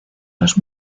los